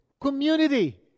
Community